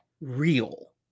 real